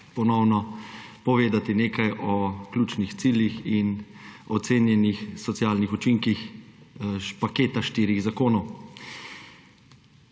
ponovno povedati nekaj o ključnih ciljih in ocenjenih socialnih učinkih paketa štirih zakonov.